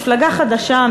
מפלגה חדשה,